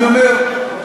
אני אומר,